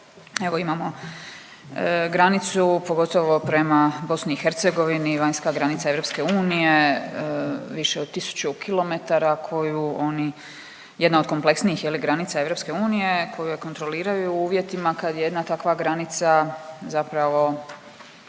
i imamo granicu, pogotovo prema BiH, vanjska granica EU više od tisuću kilometara koju oni jedna od kompleksnijih granica EU koju je kontroliraju u uvjetima kad jedna takva granica zapravo